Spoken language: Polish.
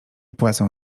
płacę